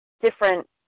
different